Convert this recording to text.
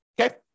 Okay